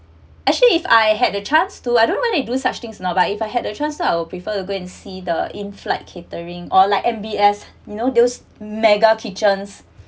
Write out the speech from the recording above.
actually if I had a chance to I don't really do such things now but if I had a chance lah I would prefer to go and see the inflight catering or like M_B_S you know those mega kitchens